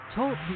Talk